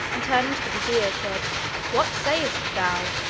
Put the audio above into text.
and turning to the vizier said what sayest thou?